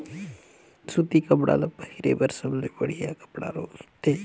सूती कपड़ा हर पहिरे बर सबले बड़िहा कपड़ा होथे